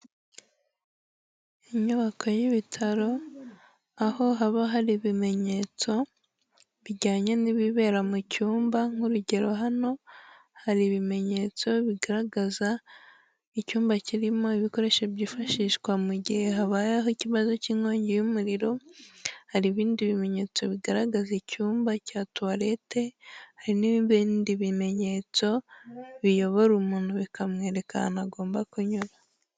Inyubako y'ibitaro, aho haba hari ibimenyetso bijyanye n'ibibera mu cyumba nk'urugero hano, hari ibimenyetso bigaragaza icyumba kirimo ibikoresho byifashishwa mu gihe habayeho ikibazo cy'inkongi y'umuriro, hari ibindi bimenyetso bigaragaza icyumba cya tuwalete, hari n'ibindi bimenyetso biyobora umuntu bikamwereka ahantu agomba kunyura.